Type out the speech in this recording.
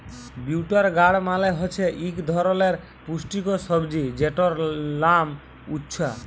bitter গাড় মালে হছে ইক ধরলের পুষ্টিকর সবজি যেটর লাম উছ্যা